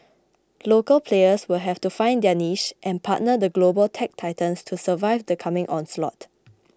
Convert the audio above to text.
local players will have to find their niche and partner the global tech titans to survive the coming onslaught